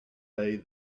day